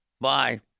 Bye